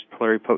pluripotent